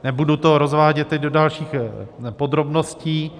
Nebudu to rozvádět teď do dalších podrobností.